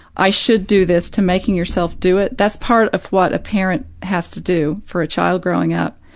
i should do this, to making yourself do it, that's part of what a parent has to do for a child growing up,